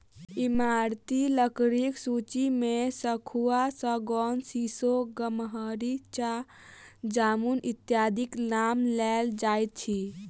ईमारती लकड़ीक सूची मे सखुआ, सागौन, सीसो, गमहरि, चह, जामुन इत्यादिक नाम लेल जाइत अछि